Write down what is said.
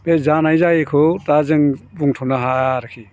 बे जानाय जायैखौ दा जों बुंथ'नो हाया आरोखि